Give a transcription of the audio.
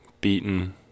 beaten